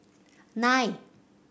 nine